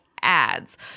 ads